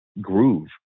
groove